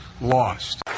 lost